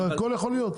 הכל יכול להיות.